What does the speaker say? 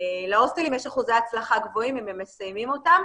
להוסטלים יש אחוזי הצלחה גבוהים אם הם מסיימים אותם,